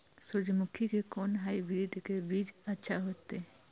सूर्यमुखी के कोन हाइब्रिड के बीज अच्छा होते?